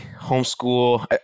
homeschool